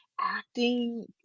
acting